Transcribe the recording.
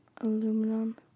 Aluminum